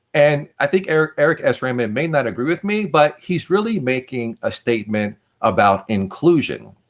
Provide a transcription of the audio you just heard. and i think eric eric s raymond may not agree with me, but he's really making a statement about inclusion.